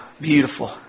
beautiful